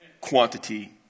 quantity